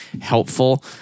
helpful